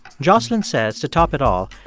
jocelyn says, to top it all,